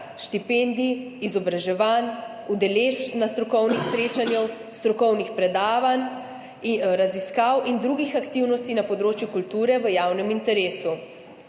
štipendij, izobraževanj, udeležb na strokovnih srečanj, strokovnih predavanj in raziskav in drugih aktivnosti na področju kulture v javnem interesu.